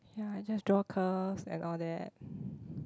ya is just draw curves and all that